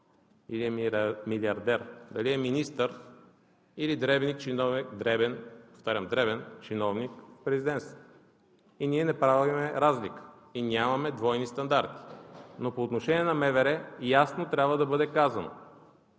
или е милиардер, дали е министър или дребен чиновник в президентството. И ние не правим разлика и нямаме двойни стандарти. Но по отношение на МВР ясно трябва да бъде казано,